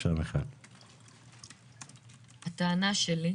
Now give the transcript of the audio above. הטענה שלי,